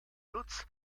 lutz